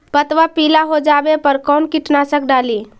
पतबा पिला हो जाबे पर कौन कीटनाशक डाली?